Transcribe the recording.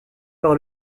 par